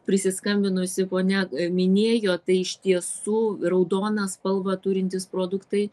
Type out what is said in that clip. prisiskambinusi ponia minėjo tai iš tiesų raudoną spalvą turintys produktai